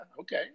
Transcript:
okay